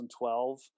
2012